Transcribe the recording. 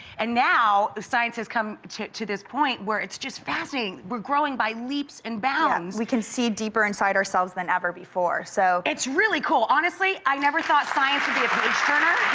and now science has come to to this point where it's just fascinating. we're growing by leaps and bounds. we can see deeper inside ourselves than ever before so it's really cool. honestly i never thought science would be a page turner.